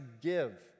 give